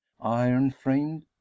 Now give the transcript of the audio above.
iron-framed